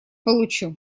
получу